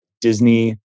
Disney